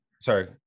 sorry